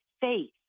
faith